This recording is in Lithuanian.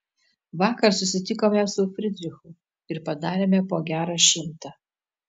vakar susitikome su fridrichu ir padarėme po gerą šimtą